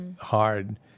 hard